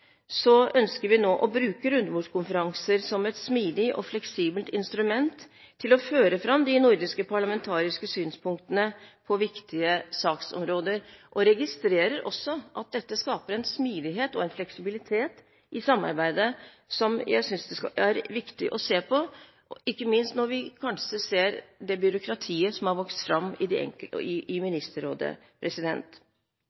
ønsker vi nå å bruke rundebordskonferanser som et smidig og fleksibelt instrument til å føre fram de nordiske parlamentariske synspunktene på viktige saksområder, og vi registrerer også at dette skaper en smidighet og fleksibilitet i samarbeidet som jeg synes det er viktig å se på, ikke minst når vi ser det byråkratiet som har vokst fram i Ministerrådet. Delegasjonen arrangerte i